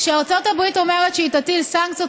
כשארצות הברית אומרת שהיא תטיל סנקציות,